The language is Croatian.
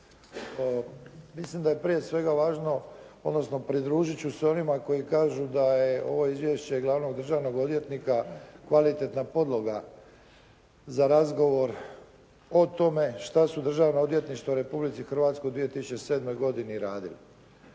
Mislim da je prije svega važno, odnosno pridružiti ću se onima koji kažu da je ovo izvješće glavnog državnog odvjetnika kvalitetna podloga za razgovor o tome šta su državna odvjetništva u Republici Hrvatskoj u 2007. godini radili.